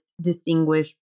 distinguish